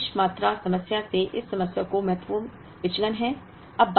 आर्थिक आदेश मात्रा समस्या से इस समस्या का महत्वपूर्ण विचलन है